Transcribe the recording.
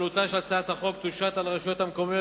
עלותה של הצעת החוק תושת על הרשויות המקומיות,